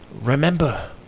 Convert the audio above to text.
remember